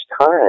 time